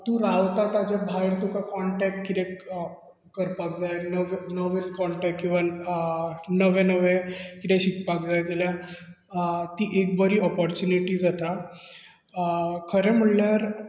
तूं रावता ताजे भायर तुका काँटेक्ट कितें करपाक जाय नॉवेल काँटेक्ट किंवा नवें नवें कितें शिकपाक जाय जाल्यार अ ती एक बरी ऑपोरचुनीटी जाता अ खरें म्हणल्यार